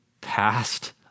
past